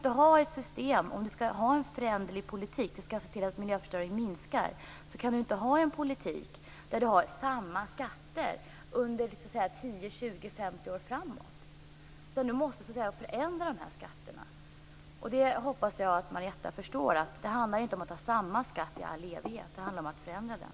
Om man vill ha en föränderlig politik, och om man vill se till att miljöförstöringen minskar, kan man inte ha samma skatter under 10, 20 eller 50 år. Man måste förändra skatterna. Det hoppas jag att Marietta förstår. Det handlar inte om att ha samma skatt i all evighet. Det handlar om att förändra den.